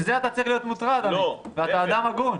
מזה אתה צריך להיות מוטרד, עמית, ואתה אדם הגון.